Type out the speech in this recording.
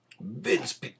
Vince